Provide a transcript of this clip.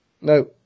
No